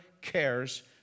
cares